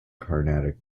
carnatic